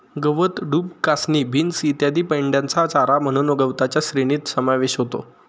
गवत, डूब, कासनी, बीन्स इत्यादी मेंढ्यांचा चारा म्हणून गवताच्या श्रेणीत समावेश होतो